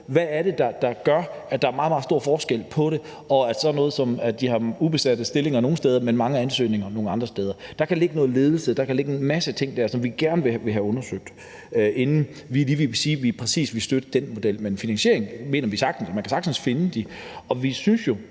hvad det er, der gør, at der er meget, meget stor forskel på det, f.eks. sådan noget, som at de har ubesatte stillinger nogle steder, men mangler ansøgere nogle andre steder. Der kan ligge noget i forhold til ledelse; der kan ligge en masse ting der, som vi gerne vil have undersøgt, inden vi vil sige, at vi vil støtte præcis den model. Men finansieringen mener vi man sagtens kan finde. Og vi er